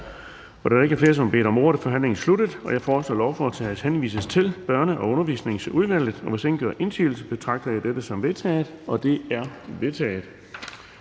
Da der ikke er flere, som har bedt om ordet, er forhandlingen sluttet. Jeg foreslår, at lovforslaget henvises til Børne- og Undervisningsudvalget. Hvis ingen gør indsigelse, betragter jeg dette som vedtaget. Det er vedtaget.